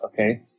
Okay